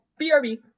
brb